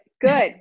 Good